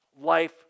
life